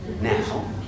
Now